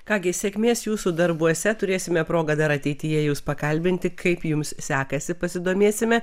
ką gi sėkmės jūsų darbuose turėsime progą dar ateityje jus pakalbinti kaip jums sekasi pasidomėsime